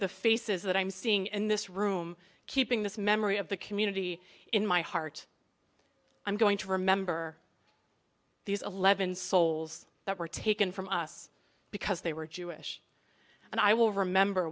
the faces that i'm seeing in this room keeping this memory of the community in my heart i'm going to remember these eleven souls that were taken from us because they were jewish and i will remember